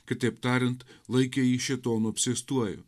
kitaip tariant laikė jį šėtono apsėstuoju